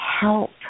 help